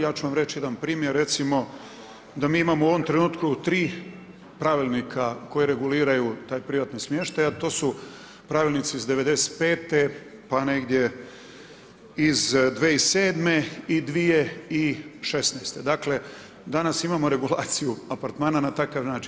Ja ću vam reći jedan primjer, recimo da mi imamo u ovom trenutku 3 pravilnika koji reguliraju taj privatni smještaj, a to su pravilnici iz '95. pa negdje iz 2007. i 2016. dakle danas imamo regulaciju apartmana na takav način.